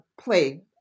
play